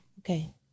Okay